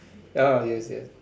ya yes yes